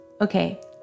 Okay